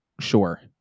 sure